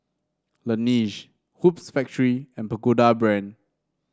Laneige Hoops Factory and Pagoda Brand